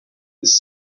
was